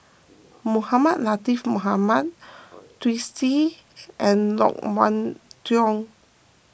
Mohamed Latiff Mohamed Twisstii and Loke Wan Tho